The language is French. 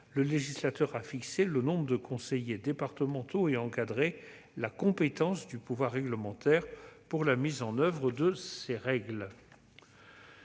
le législateur a fixé le nombre de conseillers départementaux et encadré la compétence du pouvoir réglementaire pour la mise en oeuvre de ces règles.